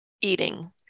eating